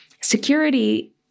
security